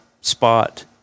spot